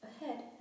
Ahead